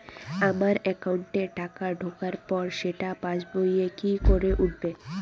আমার একাউন্টে টাকা ঢোকার পর সেটা পাসবইয়ে কি করে উঠবে?